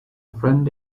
friend